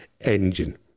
engine